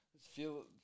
feel